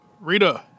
Rita